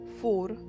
four